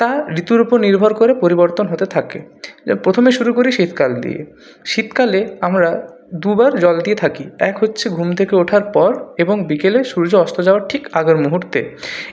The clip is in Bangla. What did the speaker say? তা ঋতুর ওপর নির্ভর করে পরিবর্তন হতে থাকে যে প্রথমে শুরু করি শীতকাল দিয়ে শীতকালে আমরা দুবার জল দিয়ে থাকি এক হচ্ছে ঘুম থেকে ওঠার পর এবং বিকেলে সূর্য অস্ত যাওয়ার ঠিক আগের মুহুর্তে